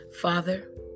Father